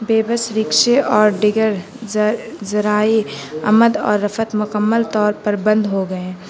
بےبس رکشے اور دیگر ذرائع آمد اور رفت مکمل طور پر بند ہو گئے ہیں